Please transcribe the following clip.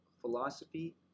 philosophy